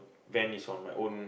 van is on my own